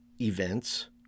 events